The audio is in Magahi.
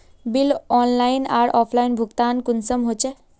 बिल ऑनलाइन आर ऑफलाइन भुगतान कुंसम होचे?